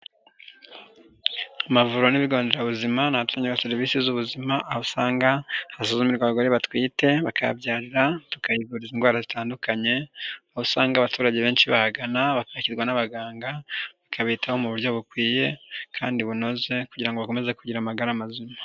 Amavuriro n'ibigo nderabuzima, ni ahatangirwa serivisi z'ubuzima, aho usanga hasuzumirwa abagore batwite, bakahabyarira, tukahivuriza indwara zitandukanye, aho usanga abaturage benshi bahagana, bakakirwa n'abaganga, bakabitaho mu buryo bukwiye kandi bunoze kugira ngo bakomeze kugira amagara mazima.